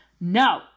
no